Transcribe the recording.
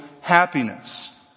happiness